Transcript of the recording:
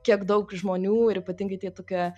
kiek daug žmonių ir ypatingai tie tokie